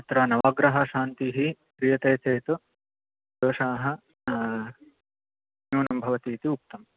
अत्र नवग्रहशान्तिः क्रियते चेत् दोषाः न्यूनं भवति इति उक्तम्